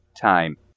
time